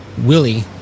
Willie